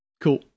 cool